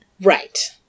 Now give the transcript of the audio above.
Right